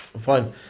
Fine